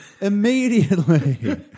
immediately